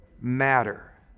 matter